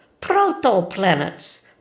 Proto-planets